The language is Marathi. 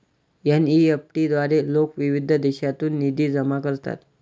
एन.ई.एफ.टी द्वारे लोक विविध देशांतून निधी जमा करतात